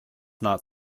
not